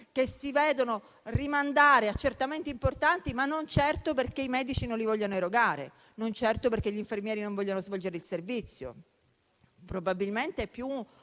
che si vedono rimandare accertamenti importanti. Questo avviene però non certo perché i medici non li vogliono erogare o perché gli infermieri non vogliono svolgere il servizio. Probabilmente è un